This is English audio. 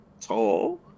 tall